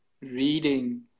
reading